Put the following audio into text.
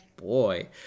Boy